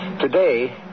Today